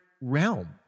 realm